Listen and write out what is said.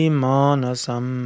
manasam